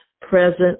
present